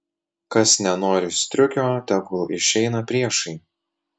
kas nenori striukio tegul išeina priešai